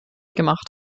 gemacht